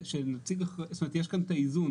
יש כאן את איזון,